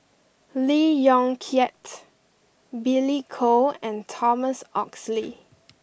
Lee Yong Kiat Billy Koh and Thomas Oxley